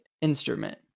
instrument